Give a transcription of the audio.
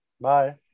bye